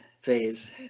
phase